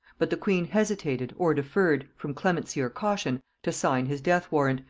but the queen hesitated or deferred, from clemency or caution, to sign his death warrant,